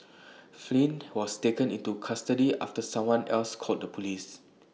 Flynn was taken into custody after someone else called the Police